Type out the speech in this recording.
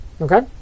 Okay